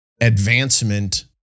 advancement